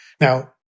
Now